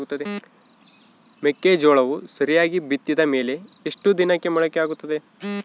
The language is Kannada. ಮೆಕ್ಕೆಜೋಳವು ಸರಿಯಾಗಿ ಬಿತ್ತಿದ ಮೇಲೆ ಎಷ್ಟು ದಿನಕ್ಕೆ ಮೊಳಕೆಯಾಗುತ್ತೆ?